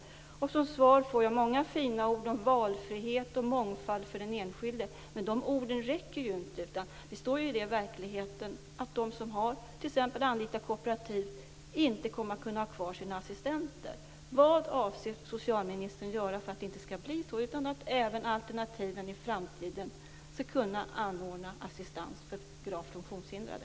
Socialministern har svarat med många fina ord om mångfald och valfrihet, men dessa ord räcker inte. Verkligen är att de som har anlitat t.ex. kooperativ kommer inte att kunna ha kvar sina assistenter. Vad avser socialministern göra för att det inte skall bli så och för att alternativen även i framtiden skall kunna anordna assistans för gravt funktionshindrade?